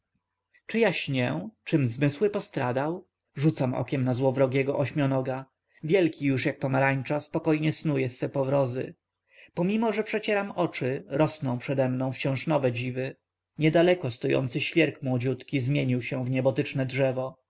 ja śnię czym zmysły postradał rzucam okiem na złowrogiego ośmionoga wielki już jak pomarańcza spokojnie snuje swe powrozy pomimo że przecieram oczy rosną przedemną wciąż nowe dziwy niedaleko stojący świerk młodziutki zmienił się w niebotyczne drzewo